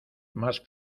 más